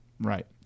Right